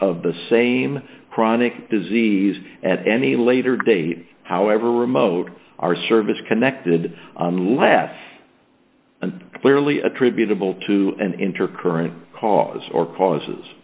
of the same chronic disease at any later date however remote our service connected unless and clearly attributable to and enter current cause or causes